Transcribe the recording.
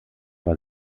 war